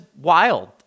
wild